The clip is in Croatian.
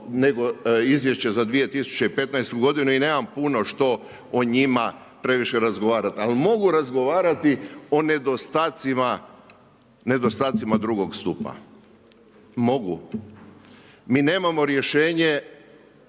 nego izvješće za 2015. godinu i nemam puno što o njima previše razgovarati. Ali mogu razgovarati o nedostacima drugog stupa, mogu. Mi nemao rješenja